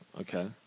Okay